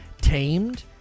tamed